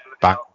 Back